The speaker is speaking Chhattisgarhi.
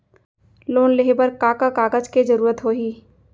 लोन लेहे बर का का कागज के जरूरत होही?